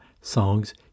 Songs